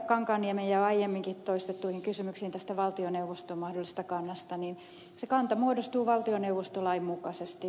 kankaanniemen ja aiemminkin toistettuihin kysymyksiin tästä valtioneuvoston mahdollisesta kannasta niin se kanta muodostuu valtioneuvostolain mukaisesti